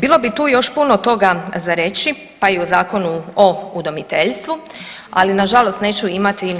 Bilo bi tu još puno toga za reći pa i o Zakonu o udomiteljstvu, ali na žalost neću imati